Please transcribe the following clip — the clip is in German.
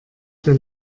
der